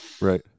Right